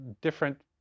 different